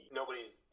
nobody's